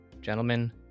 Gentlemen